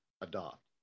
adopt